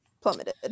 plummeted